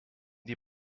die